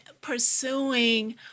pursuing